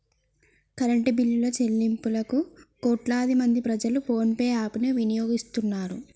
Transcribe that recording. current బిల్లుల చెల్లింపులకు కోట్లాది మంది ప్రజలు ఫోన్ పే యాప్ ను వినియోగిస్తున్నరు